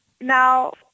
Now